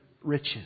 riches